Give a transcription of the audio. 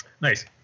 nice